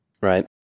Right